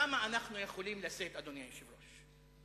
כמה אנחנו יכולים לשאת, אדוני היושב-ראש?